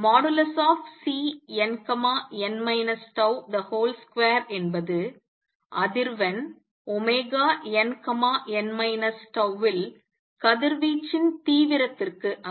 |Cnn τ |2 என்பது அதிர்வெண் nn τ இல் கதிர்வீச்சின் தீவிரத்திற்கு